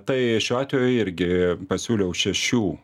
tai šiuo atveju irgi pasiūliau šešių